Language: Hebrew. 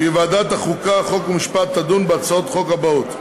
כי ועדת החוקה, חוק ומשפט תדון בהצעות החוק שלהלן: